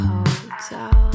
Hotel